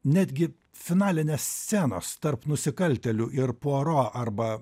netgi finalinės scenos tarp nusikaltėlių ir puaro arba